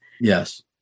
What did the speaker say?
Yes